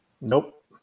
Nope